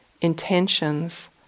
intentions